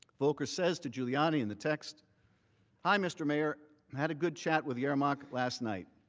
volker says to giuliani in the text hi mr. mary. had a good chat with yermak last night.